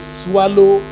swallow